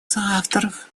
соавторов